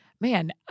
Man